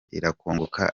irakongoka